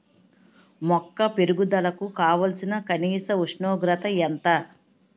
మొక్క పెరుగుదలకు కావాల్సిన కనీస ఉష్ణోగ్రత ఎంత?